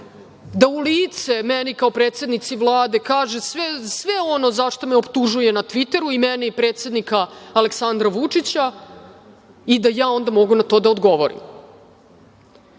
da u lice meni kao predsednici Vlade kaže sve ono za šta me optužuje na Tviteru i mene i predsednika Aleksandra Vučića i da ja onda mogu na to da odgovorim,